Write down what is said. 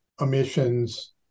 emissions